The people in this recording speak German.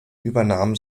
übernahm